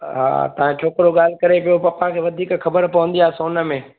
हा तव्हांजो छोकिरो ॻाल्हि करे पियो पापा खे वधीक खबर पवंदी आहे सोन में